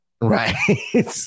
Right